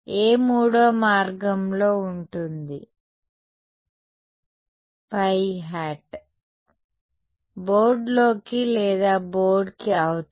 ఏ మూడో మార్గంలో ఉంటుంది ϕ బోర్డ్లోకి లేదా బోర్డ్కి అవతల